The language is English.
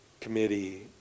committee